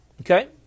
Okay